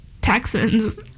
Texans